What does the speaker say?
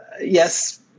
Yes